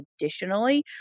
additionally